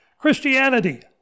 Christianity